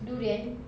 durian